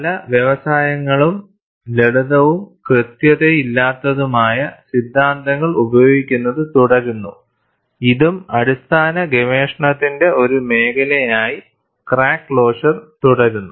പല വ്യവസായങ്ങളും ലളിതവും കൃത്യതയില്ലാത്തതുമായ സിദ്ധാന്തങ്ങൾ ഉപയോഗിക്കുന്നത് തുടരുന്നു ഇതും അടിസ്ഥാന ഗവേഷണത്തിന്റെ ഒരു മേഖലയായി ക്രാക്ക് ക്ലോഷർ തുടരുന്നു